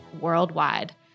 worldwide